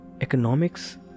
economics